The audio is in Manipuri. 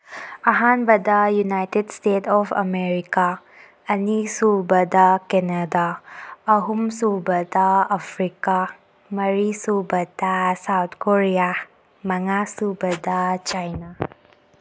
ꯑꯍꯥꯟꯕꯗ ꯌꯨꯅꯥꯏꯇꯦꯠ ꯏꯁꯇꯦꯠ ꯑꯣꯐ ꯑꯃꯦꯔꯤꯀꯥ ꯑꯅꯤꯁꯨꯕꯗ ꯀꯦꯅꯦꯗꯥ ꯑꯍꯨꯝꯁꯨꯕꯗ ꯑꯥꯐ꯭ꯔꯤꯀꯥ ꯃꯔꯤꯁꯨꯕꯗ ꯁꯥꯎꯠ ꯀꯣꯔꯤꯌꯥ ꯃꯉꯥꯁꯨꯕꯗ ꯆꯥꯏꯅꯥ